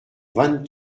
vingt